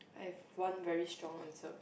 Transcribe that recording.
I've one very strong answer